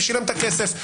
ושילם את הכסף.